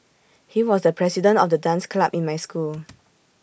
he was the president of the dance club in my school